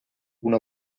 una